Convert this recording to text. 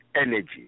Energy